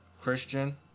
Christian